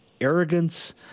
arrogance